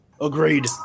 agreed